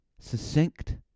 Succinct